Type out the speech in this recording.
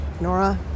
Nora